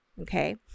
Okay